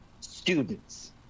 students